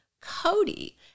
Cody